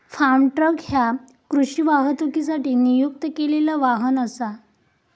form truck ह्या कृषी वाहतुकीसाठी नियुक्त केलेला वाहन असा